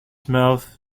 mouth